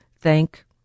thank